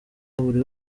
buri